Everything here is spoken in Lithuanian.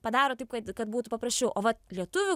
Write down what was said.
padaro taip kad kad būtų paprasčiau o va lietuvių